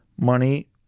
money